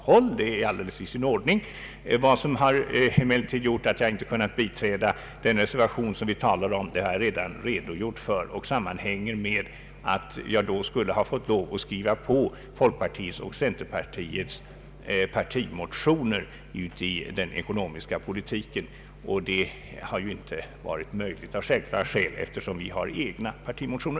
Det är alldeles i sin ordning. Orsaken till att jag inte kunnat biträda den nu nämnda reservationen har jag nyss redogjort för. Det sammanhänger med att jag då skulle ha fått lov att skriva på folkpartiets och centerpartiets partimotioner om den ekonomiska politiken, vilket självklart inte varit möjligt, eftersom vi har egna partimotioner.